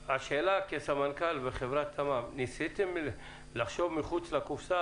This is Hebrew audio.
כסמנכ"ל בחברת תממ, ניסיתם לחשוב מחוץ לקופסה?